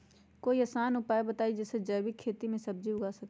कोई आसान उपाय बताइ जे से जैविक खेती में सब्जी उगा सकीं?